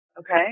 Okay